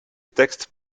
texte